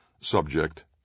Subject